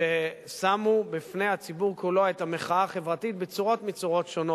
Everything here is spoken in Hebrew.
ששמו בפני הציבור כולו את המחאה החברתית בצורות מצורות שונות.